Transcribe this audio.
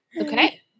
okay